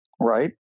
right